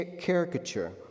caricature